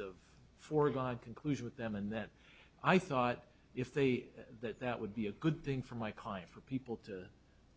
of foregone conclusion with them and then i thought if they that that would be a good thing for my client for people to